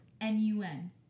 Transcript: N-U-N